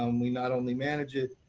um we not only manage it.